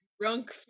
Drunk